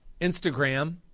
Instagram